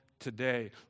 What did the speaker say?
today